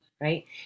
right